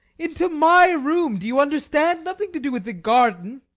into my room, do you understand? nothing to do with the garden.